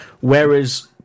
whereas